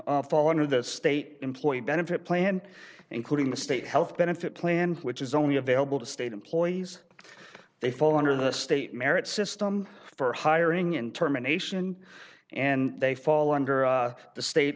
to the state employee benefit plan including the state health benefit plan which is only available to state employees they fall under the state merit system for hiring in terminations and they fall under the state